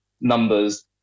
numbers